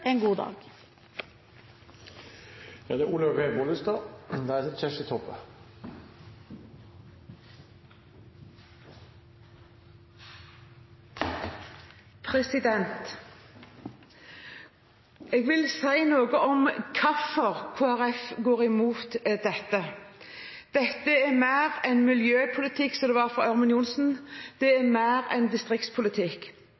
en god dag. Jeg vil si noe om hvorfor Kristelig Folkeparti går imot dette. Dette er mer enn miljøpolitikk, som det var for Ørmen Johnsen, det